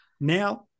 now